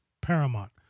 paramount